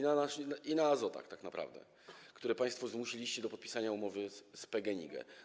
na Azotach tak naprawdę, które państwo zmusiliście do podpisania umowy z PGNiG.